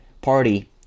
party